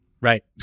Right